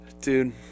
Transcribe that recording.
Dude